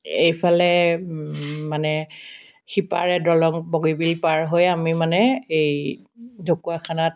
এইফালে মানে সিপাৰে দলং বগীবিল পাৰ হৈয়ে আমি মানে এই ঢকুৱাখানাত